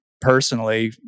personally